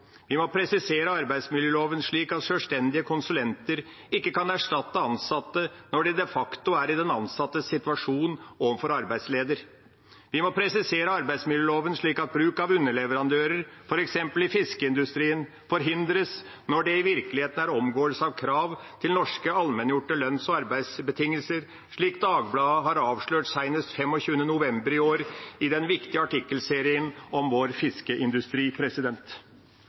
Vi må presisere arbeidsmiljøloven slik at sjølstendige konsulenter ikke kan erstatte ansatte når de de facto er i den ansattes situasjon overfor arbeidsleder. Vi må presisere arbeidsmiljøloven slik at bruk av underleverandører, f.eks. i fiskeindustrien, forhindres når det i virkeligheten er en omgåelse av krav til norske allmenngjorte lønns- og arbeidsbetingelser, slik Dagbladet har avslørt, seinest 25. november i år, i den viktige artikkelserien om vår fiskeindustri.